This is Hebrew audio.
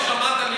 אתה אמרת.